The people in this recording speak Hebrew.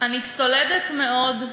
אני סולדת מאוד,